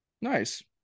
nice